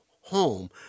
home